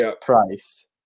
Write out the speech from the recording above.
Price